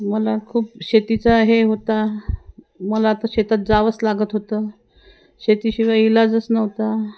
मला खूप शेतीचा हे होता मला आता शेतात जावंच लागत होतं शेतीशिवाय इलाजच नव्हता